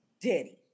Diddy